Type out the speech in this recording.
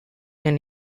can